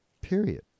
period